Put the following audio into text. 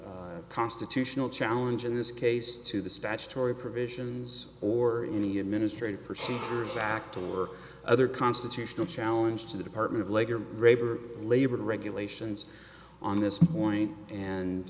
any constitutional challenge in this case to the statutory provisions or any administrative procedures act or other constitutional challenge to the department of labor rate or labor regulations on this morning and